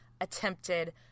attempted